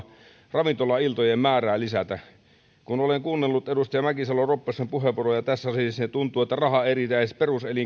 ravintolailtojen määrää lisätä kun olen kuunnellut edustaja mäkisalo ropposen puheenvuoroja tässä salissa niin tuntuu että raha ei riitä edes